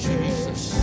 Jesus